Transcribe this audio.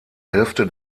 hälfte